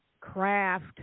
craft